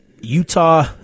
Utah